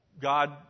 God